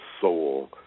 soul